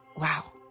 wow